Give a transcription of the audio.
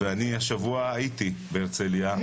ואני השבוע הייתי בהרצליה,